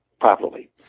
properly